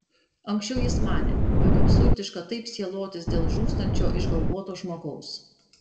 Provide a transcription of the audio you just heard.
anksčiau jis manė jog absurdiška taip sielotis dėl žūstančio išgalvoto žmogaus